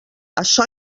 açò